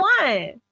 one